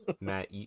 matt